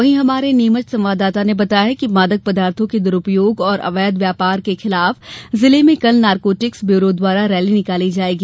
वहीं हमारे नीमच संवाददाता ने बताया है कि मादक पदार्थो के द्रूपयोग और अवैध व्यापार के खिलाफ जिले में कल नारकोटिक्स ब्यूरों द्वारा रैली निकाली जायेगी